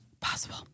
possible